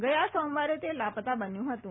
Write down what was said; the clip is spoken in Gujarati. ગયા સોમવારે તે લાપતા બન્યું ફતું